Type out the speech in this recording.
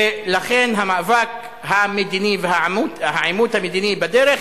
ולכן המאבק המדיני והעימות המדיני בדרך,